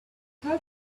help